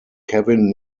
kevin